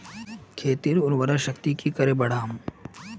खेतीर उर्वरा शक्ति की करे बढ़ाम?